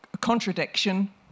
contradiction